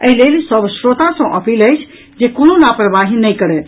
एहि लेल सभ श्रोता सॅ अपील अछि जे कोनो लापरवाही नहि करथि